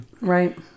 Right